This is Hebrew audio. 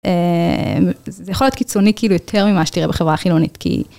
זה יכול להיות קיצוני כאילו, יותר ממה שתראה בחברה החילונית. כי...